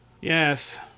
yes